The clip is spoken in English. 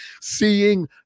seeing